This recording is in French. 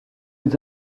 êtes